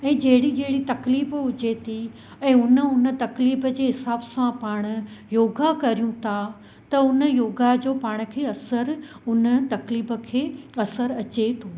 ऐं जहिड़ी जहिड़ी तकलीफ़ हुजे थी ऐं उन उन तकलीफ़ जे हिसाब सां पाण योगा कयूं था त उन योगा जो पाण खे असर उन तकलीफ़ खे असरु अचे थो